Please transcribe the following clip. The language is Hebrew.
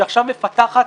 שעכשיו מפתחת,